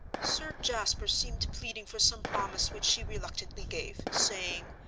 sir jasper seemed pleading for some promise which she reluctantly gave, saying,